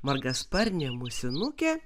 margasparnė musinukė